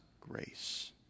grace